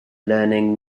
learning